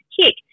kick